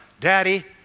Daddy